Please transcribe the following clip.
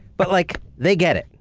but like they get it.